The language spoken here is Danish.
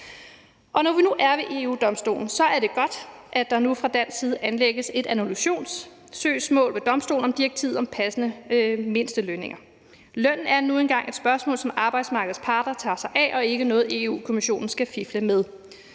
når vi nu er ved EU-Domstolen, er det godt, at der nu fra dansk side anlægges et annullationssøgsmål ved domstolen om direktivet om passende mindstelønninger. Løn er nu engang et spørgsmål, som arbejdsmarkedets parter tager sig af, og ikke noget, Europa-Kommissionen skal fifle med.